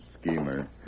Schemer